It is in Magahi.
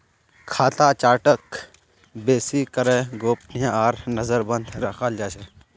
खाता चार्टक बेसि करे गोपनीय आर नजरबन्द रखाल जा छे